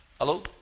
Hello